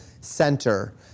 Center